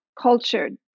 cultured